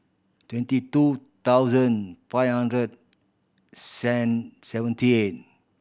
twenty two thousand five hundred seventy eight